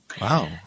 Wow